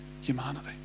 humanity